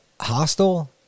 hostile